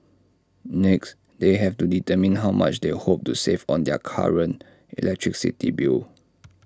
next they have to determine how much they hope to save on their current electricity bill